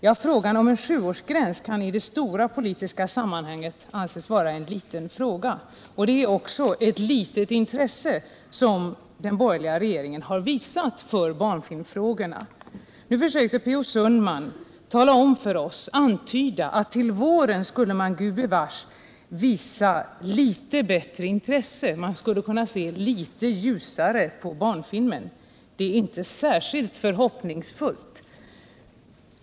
Ja, frågan om en sjuårsgräns kan i det politiska sammanhanget anses vara en liten fråga. Det är också ett litet intresse som den borgerliga regeringen har visat för barnfilmsfrågorna. Nu försöker P.O. Sundman antyda att man till våren gubevars skulle visa litet bättre intresse, man skulle kunna se litet ljusare på barnfilmen. Det verkar inte särskilt hoppfullt.